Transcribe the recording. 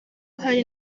hari